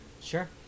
Sure